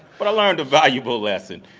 but i learned a valuable lesson.